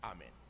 Amen